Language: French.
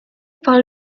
par